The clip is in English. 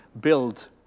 build